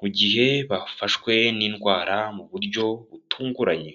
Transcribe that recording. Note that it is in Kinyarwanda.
mu gihe bafashwe n'indwara mu buryo butunguranye.